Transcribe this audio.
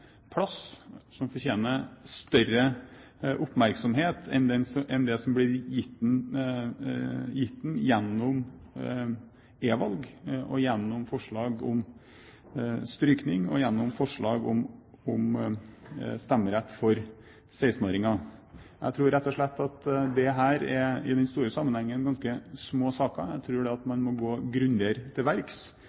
plass og større oppmerksomhet enn det den blir gitt gjennom forslag om e-valg, gjennom forslag om stryking og gjennom forslag om stemmerett for 16-åringer. Jeg tror at det i den store sammenhengen er ganske små saker. Jeg tror man må grundigere til verks.